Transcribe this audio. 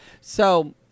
So-